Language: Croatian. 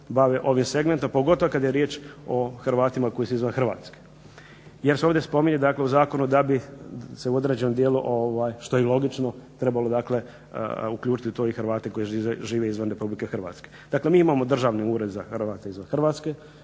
bave ovim segmentom pogotovo kad je riječ o Hrvatima koji su izvan Hrvatske jer se ovdje spominje, dakle u zakonu da bi se u određenom dijelu što je i logično trebalo dakle uključiti tu i Hrvate koji žive izvan Republike Hrvatske. Dakle, mi imamo Državni ured za Hrvate izvan Hrvatske,